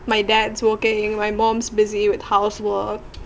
my dad's working my mum's busy with housework